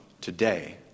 today